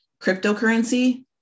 cryptocurrency